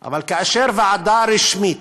אבל כאשר ועדה רשמית,